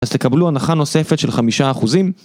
אז תקבלו הנחה נוספת של חמישה אחוזים.